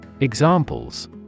Examples